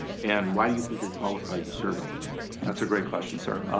and why do you think you're qualified to serve on the board? that's a great question sir.